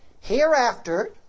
Hereafter